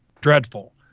dreadful